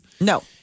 No